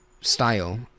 style